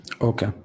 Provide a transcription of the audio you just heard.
Okay